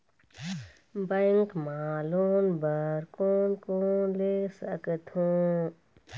Bank मा loan बर कोन कोन ले सकथों?